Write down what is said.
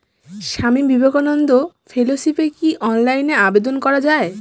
স্বামী বিবেকানন্দ ফেলোশিপে কি অনলাইনে আবেদন করা য়ায়?